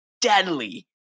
deadly